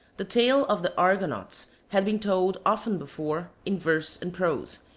the tale of the argonauts had been told often before in verse and prose,